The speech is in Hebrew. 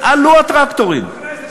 אבל אחרי זה אי-אפשר לבנות שם.